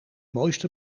mooiste